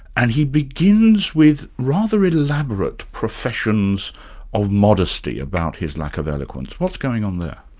and he begins with rather elaborate professions of modesty about his lack of eloquence. what's going on there?